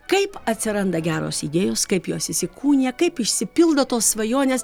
kaip atsiranda geros idėjos kaip jos įsikūnija kaip išsipildo tos svajonės